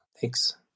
Thanks